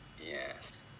Yes